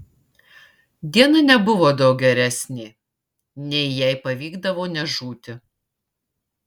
diena nebuvo daug geresnė nei jei pavykdavo nežūti